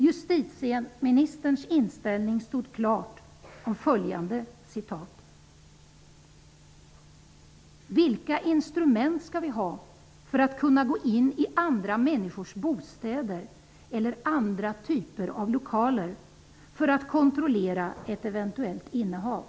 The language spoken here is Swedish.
Justitieministerns inställning stod klar av följande citat: ''Vilka instrument skall vi ha för att kunna gå in i andra människors bostäder eller andra typer av lokaler för att kontrollera ett eventuellt innehav?''